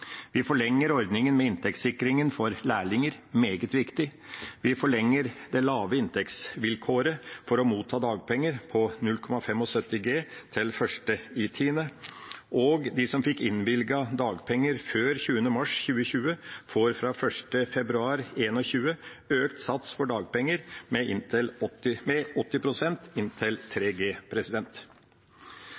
Vi forlenger ordningen med inntektssikringen for lærlinger – meget viktig. Vi forlenger ordningen med lavere inntektsvilkår for å motta dagpenger, 0,75G, til 1. oktober, og de som fikk innvilget dagpenger før 20. mars 2020, får fra 1. februar 2021 økt sats for dagpenger med 80 pst. inntil